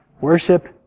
Worship